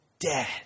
dead